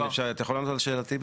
אתה יכול לענות על שאלתי?